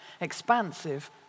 expansive